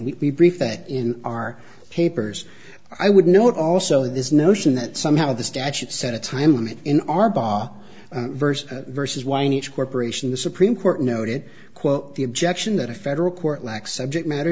and we brief that in our papers i would note also this notion that somehow the statute set a time limit in our bar verse versus one each corporation the supreme court noted quote the objection that a federal court lacks subject matter